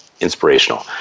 inspirational